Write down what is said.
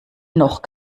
noch